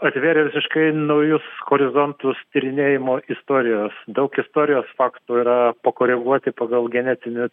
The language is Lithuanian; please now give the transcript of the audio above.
atvėrė visiškai naujus horizontus tyrinėjimo istorijos daug istorijos faktų yra pakoreguoti pagal genetinių